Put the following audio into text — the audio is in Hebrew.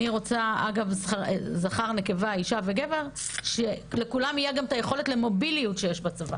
אגב זכר ונקבה שלכולם תהיה גם את היכולת למוביליות שיש בצבא.